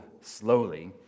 slowly